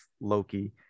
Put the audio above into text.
Loki